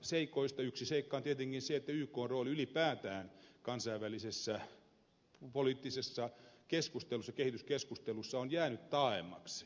yksi seikka on tietenkin se että ykn rooli ylipäätään kansainvälisessä poliittisessa kehityskeskustelussa on jäänyt taaemmaksi